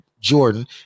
Jordan